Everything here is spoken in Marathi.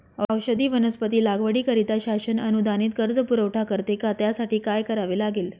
औषधी वनस्पती लागवडीकरिता शासन अनुदानित कर्ज पुरवठा करते का? त्यासाठी काय करावे लागेल?